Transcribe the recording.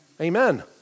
Amen